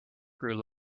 grew